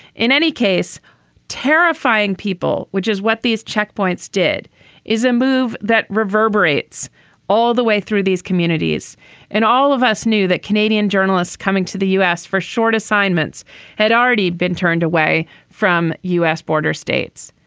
in any case terrifying people. which is what these checkpoints did is a move that reverberates all the way through these communities and all of us knew that canadian journalists coming to the us for short assignments had already been turned away from u s. border states.